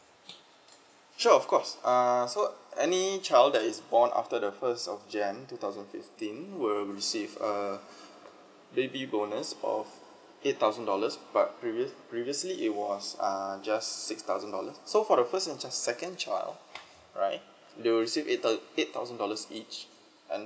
sure of course err so any child that is born after the first of jan two thousand fifteen will receive err baby bonus of eight thousand dollars but previous previously it was err just six thousand dollars so for the first uh just second child right they will receive eight thousand dollars each and